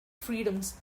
freedoms